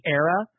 era